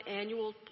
Annual